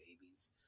babies